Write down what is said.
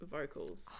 vocals